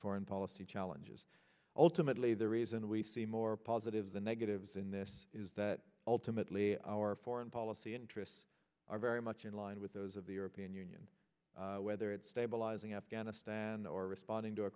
foreign policy challenges ultimately the reason we see more positives than negatives in this is that ultimately our foreign policy interests are very much in line with those of the european union whether it's stabilizing afghanistan or responding to a